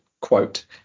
quote